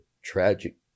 tragic